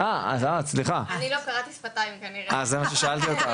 אני עוד כמה דקות אהיה חייב לצאת,